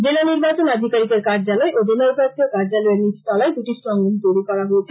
জেলা নির্বাচন আধিকারীকের কার্যালয় ও জেলা উপায়ুক্তের কার্যালয়ের নীচতলায় দুটি স্ট্রং রুম তৈরী করা হয়েছে